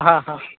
हां हां